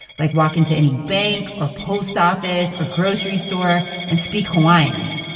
like walk into any bank or post office or grocery store, and speak hawaiian,